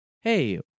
Hey